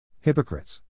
Hypocrites